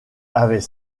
avait